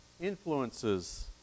influences